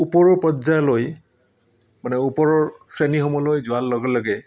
ওপৰৰ পৰ্যায়লৈ মানে ওপৰৰ শ্ৰেণীসমূহলৈ যোৱাৰ লগে লগে